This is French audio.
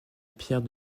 pierre